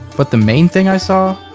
but the main thing i saw?